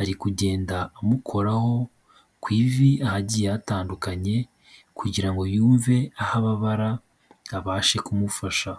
ari kugenda amukoraho ku ivi ahagiye hatandukanye kugira ngo yumve aho ababara abashe kumufasha.